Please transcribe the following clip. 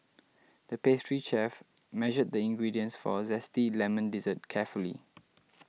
the pastry chef measured the ingredients for a Zesty Lemon Dessert carefully